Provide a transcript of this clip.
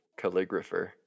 calligrapher